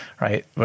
right